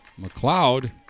McLeod